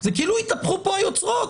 זה כאילו התהפכו פה היוצרות,